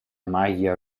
maglia